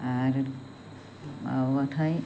आरो माब्लाबाथाय